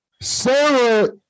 Sarah